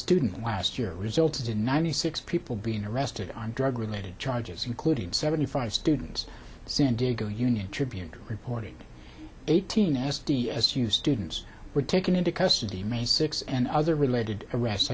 student last year resulted in ninety six people being arrested on drug related charges including seventy five students san diego union tribune reporting eighteen s t as you students were taken into custody may six and other related